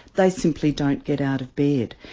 they simply don't get out of bed.